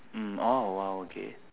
mm oh !wow! okay